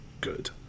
good